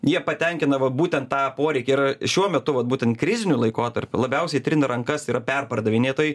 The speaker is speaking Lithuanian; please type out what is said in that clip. jie patenkina va būtent tą poreikį ir šiuo metu vat būtent kriziniu laikotarpiu labiausiai trina rankas yra perpardavinėtojai